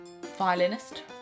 violinist